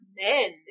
men